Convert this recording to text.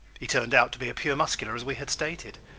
he turned out to be a pure muscular as we had stated.